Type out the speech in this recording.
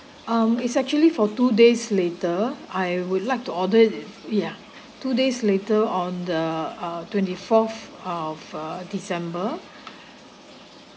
um it's actually for two days later I would like to order ya two days later on the uh twenty fourth of uh december